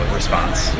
response